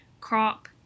crop